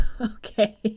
Okay